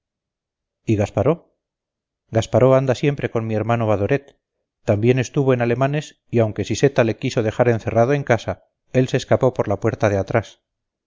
y gasparó gasparó anda siempre con mi hermano badoret también estuvo en alemanes y aunque siseta le quiso dejar encerrado en casa él se escapó por la puerta de atrás